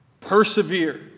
persevere